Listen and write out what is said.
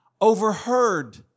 overheard